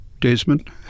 Desmond